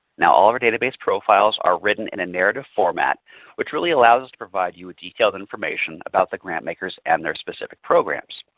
now all of our database profiles are written in a narrative format which really allows us to provide you with detailed information about the grant makers and their specific programs.